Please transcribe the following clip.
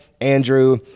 Andrew